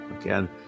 again